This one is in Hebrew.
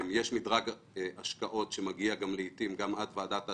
יש מדרג השקעות שמגיע לעיתים עד ועדת ההשקעות,